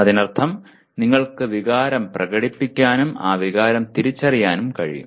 അതിനർത്ഥം നിങ്ങൾക്ക് വികാരം പ്രകടിപ്പിക്കാനും ആ വികാരം തിരിച്ചറിയാനും കഴിയും